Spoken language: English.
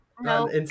no